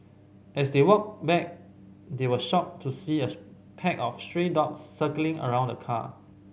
as they walked back they were shocked to see a pack of stray dogs circling around the car